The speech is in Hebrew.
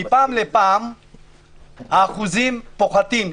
מפעם לפעם האחוזים פוחתים.